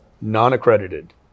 non-accredited